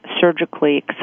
surgically